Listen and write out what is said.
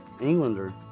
Englander